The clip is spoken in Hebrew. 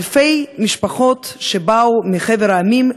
אלפי משפחות שבאו מחבר המדינות,